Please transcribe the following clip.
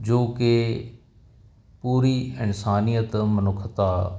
ਜੋ ਕਿ ਪੂਰੀ ਇਨਸਾਨੀਅਤ ਮਨੁੱਖਤਾ